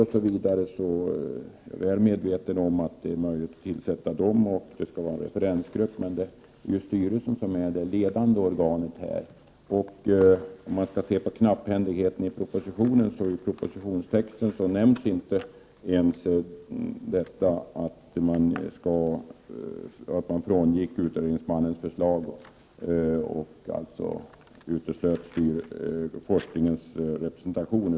Jag är väl medveten om att det är möjligt att tillsätta arbetsgrupper och referensgrupper, men det är ju styrelsen som är det ledande organet. Vad gäller knapphändigheten i propositionstexten nämns inte ens att man frångick utredningsmannens förslag och uteslöt forskningsrepresentation.